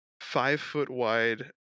five-foot-wide